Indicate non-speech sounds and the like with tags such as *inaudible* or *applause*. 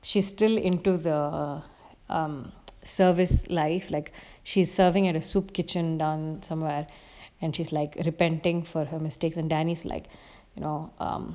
she still into the um *noise* service life like she's serving at a soup kitchen down somewhere and she's like repenting for her mistakes and danny's like you know um